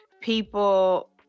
people